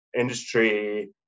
industry